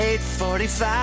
8:45